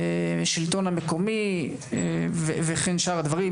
השלטון המקומי וכן שאר הדברים,